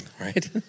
Right